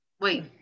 Wait